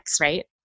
right